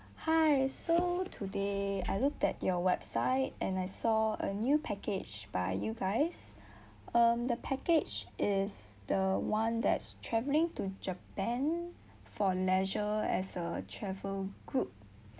hi so today I looked at your website and I saw a new package by you guys um the package is the one that's travelling to japan for leisure as a travel group